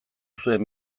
zuen